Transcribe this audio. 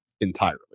entirely